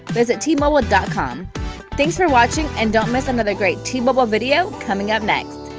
visit t-mobile and com thanks for watching, and don't miss another great t-mobile video coming up next!